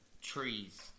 Trees